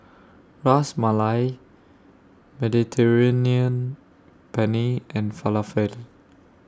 Ras Malai Mediterranean Penne and Falafel